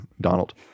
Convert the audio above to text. Donald